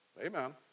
Amen